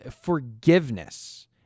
forgiveness